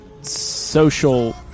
social